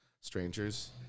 strangers